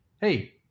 Hey